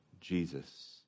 Jesus